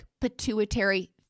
pituitary